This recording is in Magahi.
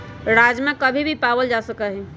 राजमा कभी भी पावल जा सका हई